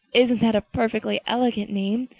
isn't that a perfectly elegant name?